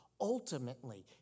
Ultimately